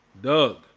Doug